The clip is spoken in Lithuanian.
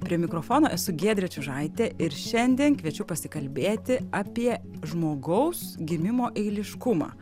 prie mikrofono esu giedrė čiužaitė ir šiandien kviečiu pasikalbėti apie žmogaus gimimo eiliškumą